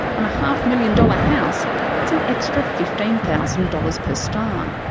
on a half-million dollar house that's an extra fifteen thousand dollars per star.